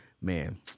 man